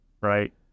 right